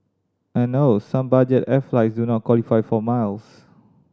and oh some budget air flights do not qualify for miles